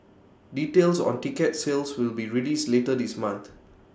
details on ticket sales will be released later this month